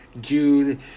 June